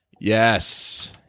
Yes